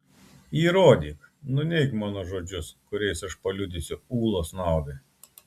įrodyk nuneik mano žodžius kuriais aš paliudysiu ulos naudai